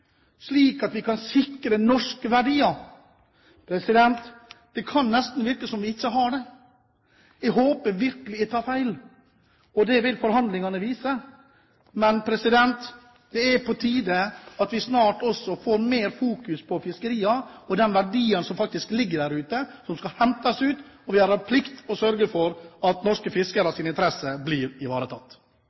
slik at vi kan sikre norske verdier? Det kan nesten virke som om vi ikke har det. Jeg håper virkelig jeg tar feil. Det vil forhandlingene vise. Men det er på tide at vi snart får mer fokus på fiskeriene og de verdiene som faktisk ligger der ute, som skal hentes ut. Vi har en plikt til å sørge for at norske fiskeres interesser blir ivaretatt.